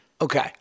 Okay